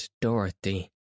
Dorothy